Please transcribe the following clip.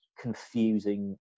confusing